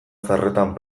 zaharretan